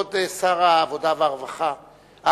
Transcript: כבוד שר העבודה והרווחה.